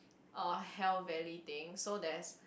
a hell valley thing so there's